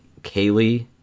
Kaylee